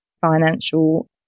financial